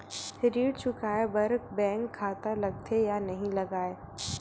ऋण चुकाए बार बैंक खाता लगथे या नहीं लगाए?